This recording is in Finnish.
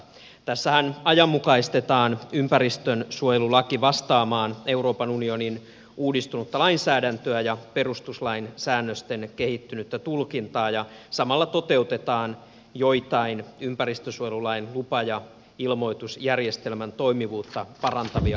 tässähän ajanmukaistetaan ympäristönsuojelulaki vastaamaan euroopan unionin uudistunutta lainsäädäntöä ja perustuslain säännösten kehittynyttä tulkintaa ja samalla toteutetaan joitain ympäristönsuojelulain lupa ja ilmoitusjärjestelmän toimivuutta parantavia uudistuksia